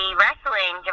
wrestling